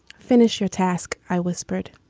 finish your task. i whispered.